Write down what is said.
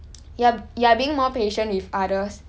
you're you're being more patient with others